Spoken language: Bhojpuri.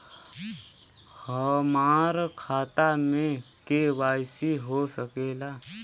हमार खाता में के.वाइ.सी हो सकेला?